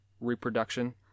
reproduction